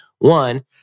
One